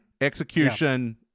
Execution